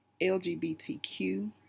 LGBTQ